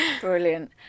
Brilliant